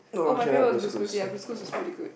oh my favourite was Blue's-Clues ya Blue's-Clues is pretty good